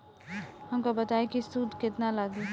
हमका बताई कि सूद केतना लागी?